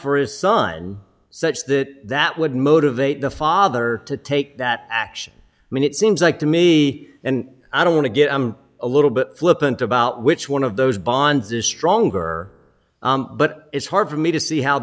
for his son such that that would motivate the father to take that action i mean it seems like to me and i don't want to get a little bit flippant about which one of those bonds is stronger but it's hard for me to see how